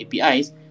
APIs